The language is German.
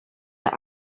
der